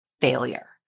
failure